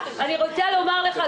אני רוצה לומר לך,